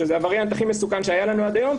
שזה הווריאנט הכי מסוכן שהיה לנו עד היום.